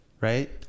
right